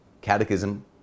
Catechism